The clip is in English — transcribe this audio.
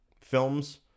films